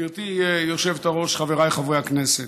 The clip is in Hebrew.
גברתי היושבת-ראש, חבריי חברי הכנסת,